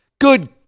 Good